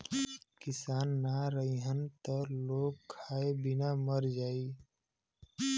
किसान ना रहीहन त लोग खाए बिना मर जाई